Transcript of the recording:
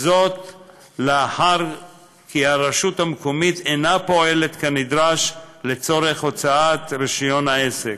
מאחר שהרשות המקומית אינה פועלת כנדרש לצורך הוצאת רישיון העסק.